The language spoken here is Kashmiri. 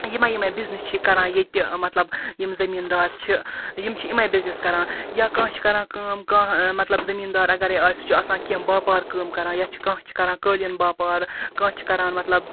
یِمے یِمے بِزنٮ۪س چھِ کَران ییٚتہِ تہِ مَطلَب یِم زمیٖندار چھِ یِم چھِ یِمے بِزنٮ۪س کَران یا کانٛہہ چھُ کَران کٲم کانٛہہ مَطلَب زمیٖندار اَگَرَے آسہِ سُہ چھُ آسان کینٛہہ باپار کٲم کران یا چھُ کانٛہہ چھُ کَران قٲلیٖن باپارٕ کانٛہہ چھُ کَران مَطلَب